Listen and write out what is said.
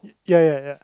ya ya ya